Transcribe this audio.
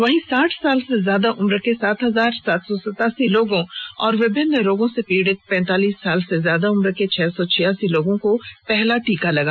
वहीं साठ साल से ज्यादा उम्र के सात हजार सात सौ सतासी लोगों और विभिन्न रोगों से पीड़ित पैंतालीस साल से ज्यादा उम्र के छह सौ छियासी लोगों को पहला टीका लगा